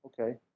Okay